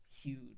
huge